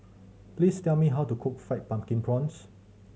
please tell me how to cook Fried Pumpkin Prawns